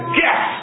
yes